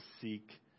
seek